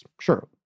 sure